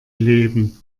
leben